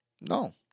no